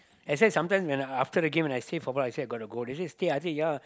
except sometime when after the game and I say forgot and actually I got to go they say stay I say ya